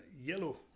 yellow